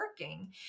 working